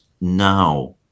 now